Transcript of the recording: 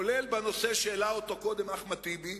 כולל בנושא שהעלה קודם אחמד טיבי,